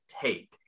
take